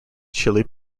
chili